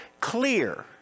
clear